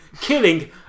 killing